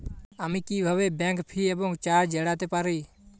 আমি কিভাবে bank fee এবং চার্জ এড়াতে পারি?